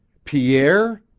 pierre?